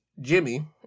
Jimmy